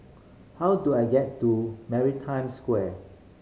how do I get to Maritime Square